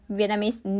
Vietnamese